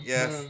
Yes